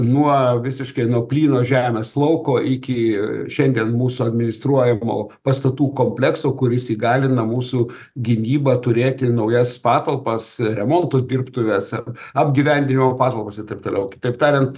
nuo visiškai nuo plyno žemės lauko iki šiandien mūsų administruojamų pastatų komplekso kuris įgalina mūsų gynybą turėti naujas patalpas remonto dirbtuves ar apgyvendinimo patalpas ir taip toliau kitaip tariant